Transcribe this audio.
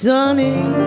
Sunny